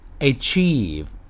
Achieve